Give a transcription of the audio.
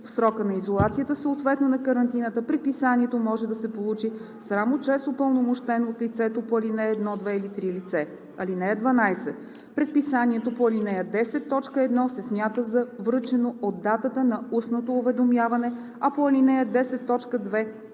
В срока на изолацията, съответно на карантината предписанието може да се получи само чрез упълномощено от лицето по ал. 1, 2 или 3 лице. (12) Предписанието по ал. 10, т. 1 се смята за връчено от датата на устното уведомяване, а по ал. 10, т.